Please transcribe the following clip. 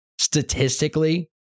Statistically